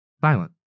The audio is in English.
silent